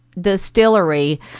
distillery